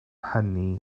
hynny